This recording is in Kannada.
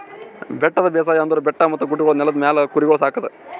ಬೆಟ್ಟದ ಬೇಸಾಯ ಅಂದುರ್ ಬೆಟ್ಟ ಮತ್ತ ಗುಡ್ಡಗೊಳ್ದ ನೆಲದ ಮ್ಯಾಲ್ ಕುರಿಗೊಳ್ ಸಾಕದ್